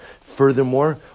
furthermore